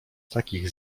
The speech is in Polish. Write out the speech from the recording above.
takich